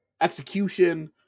execution